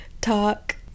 talk